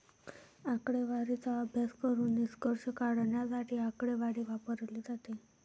आकडेवारीचा अभ्यास करून निष्कर्ष काढण्यासाठी आकडेवारी वापरली जाते